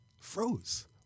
froze